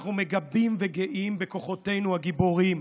אנחנו מגבים את כוחותינו הגיבורים